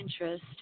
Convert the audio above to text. interest